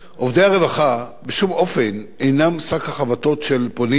עובדי הרווחה בשום אופן אינם שק החבטות של פונים,